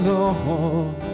Lord